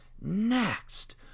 next